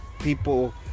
people